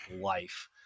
life